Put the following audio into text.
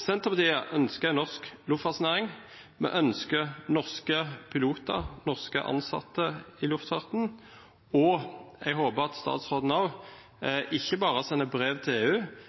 Senterpartiet ønsker en norsk luftfartsnæring, vi ønsker norske piloter og norske ansatte i luftfarten, og jeg håper at statsråden ikke bare sender brev til EU,